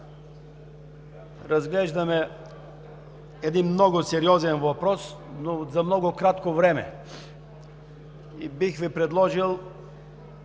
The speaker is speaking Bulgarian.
разглеждаме един много сериозен въпрос, но за много кратко време. Бих Ви предложил